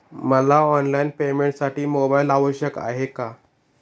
मला ऑनलाईन पेमेंटसाठी मोबाईल आवश्यक आहे का?